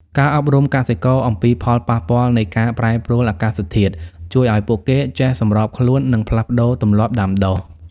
ការអប់រំកសិករអំពីផលប៉ះពាល់នៃការប្រែប្រួលអាកាសធាតុ ជួយឱ្យពួកគេចេះសម្របខ្លួន និងផ្លាស់ប្តូរទម្លាប់ដាំដុះ។